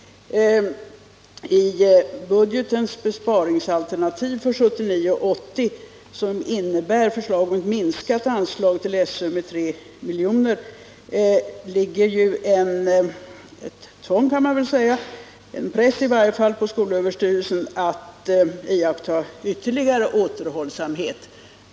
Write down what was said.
I budgetens besparingsalternativ för 1979/80, som innebär förslag om ett med 3 miljoner minskat anslag till SÖ, ligger ju ett tvång, kan man väl säga, och i varje fall en press på SÖ att iaktta ytterligare återhållsamhet.